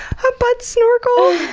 a butt snorkel!